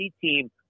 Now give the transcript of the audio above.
team